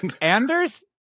Anders